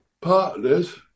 partners